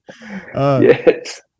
yes